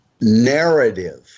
narrative